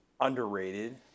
underrated